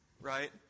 right